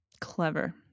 Clever